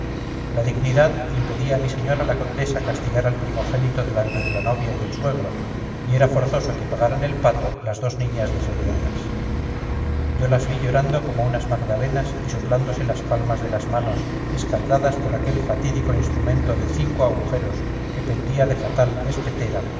la dignidad impedía a mi señora la condesa castigar al primogénito delante de la novia y del suegro y era forzoso que pagaran el pato las dos niñas desheredadas yo las vi llorando como unas magdalenas y soplándose las palmas de las manos escaldadas por aquel fatídico instrumento de cinco agujeros que pendía de fatal espetera